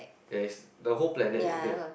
ya is the whole planet is built